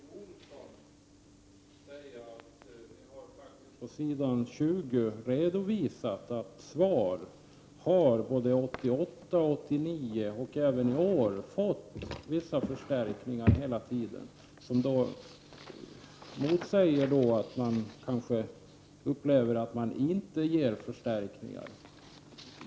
Fru talman! Jag vill till Martin Olsson säga att vi faktiskt på s. 20 i betänkandet har redovisat att SVAR såväl 1988 som 1989 och i år har fått vissa förstärkningar hela tiden, vilket motsäger påståendet att man inte ger förstärkningar.